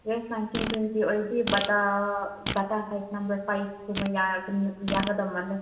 ꯑꯦ nineteen twenty ꯑꯣꯏꯔꯗꯤ ꯕꯥꯇꯥ ꯕꯥꯇꯥ ꯁꯥꯏꯖ ꯅꯝꯕꯔ ꯁꯥꯏꯖ ꯀꯨꯝꯕ ꯌꯥꯒꯗꯕ ꯃꯥꯜꯂꯦ